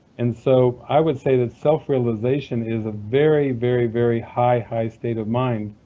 and so i would say that self-realization is a very, very, very high, high state of mind,